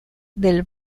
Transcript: del